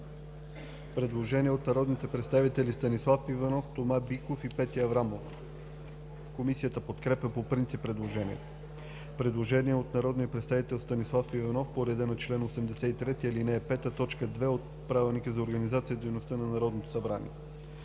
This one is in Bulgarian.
Предложение от народните представители Станислав Иванов, Тома Биков и Петя Аврамова. Комисията подкрепя по принцип предложението. Предложение от народния представител Станислав Иванов по реда на чл. 83, ал. 5, т. 2 от Правилника за организацията и дейността на Народното събрание.